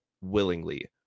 willingly